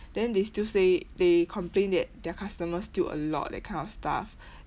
then they still say they complain that their customer still a lot that kind of stuff